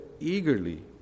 eagerly